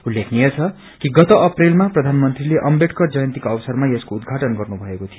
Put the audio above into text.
उल्लेखनीय छ कि गत अप्रपैलमा प्रचानमन्त्रीले अंबेदकर जयन्तीको अवसरमा यसको उद्घाटन गर्नु भएको थियो